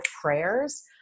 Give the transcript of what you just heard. prayers